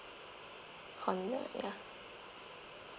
honda ya